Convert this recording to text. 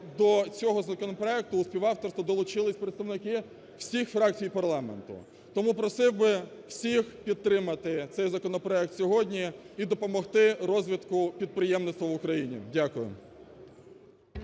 до цього законопроекту у співавторство долучились представники всіх фракцій парламенту. Тому просив би всіх підтримати цей законопроект сьогодні і допомогти розвитку підприємництва в Україні. Дякую.